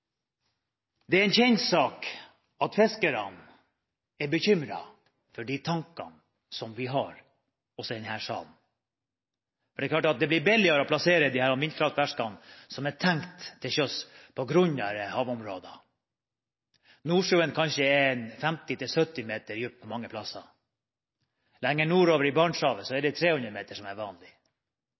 tankene som vi har – også i denne salen. Det er klart at det blir billigere å plassere disse vindkraftverkene som er tenkt til sjøs, på grunnere havområder. Nordsjøen er kanskje 50–70 meter dyp mange plasser. Lenger nord, i Barentshavet, er 300 meter vanlig dybde. Der tenkes det plassert vindmøller på grunnområdene, altså på havgrunnene, og det er